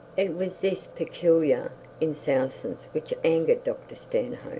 it was this peculiar insouciance which angered dr stanhope,